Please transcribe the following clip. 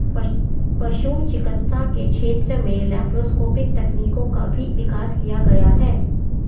पशु चिकित्सा के क्षेत्र में लैप्रोस्कोपिक तकनीकों का भी विकास किया गया है